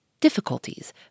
difficulties